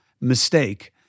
mistake